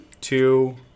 two